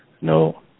No